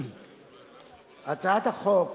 הצעת החוק